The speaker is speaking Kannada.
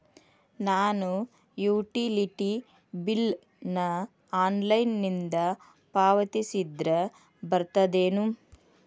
ನಾನು ಯುಟಿಲಿಟಿ ಬಿಲ್ ನ ಆನ್ಲೈನಿಂದ ಪಾವತಿಸಿದ್ರ ಬರ್ತದೇನು?